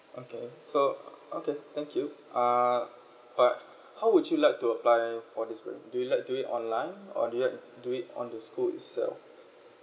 okay so uh okay thank you err but how would you like to apply for this program do you like to do it online or do you like to do it on the school itself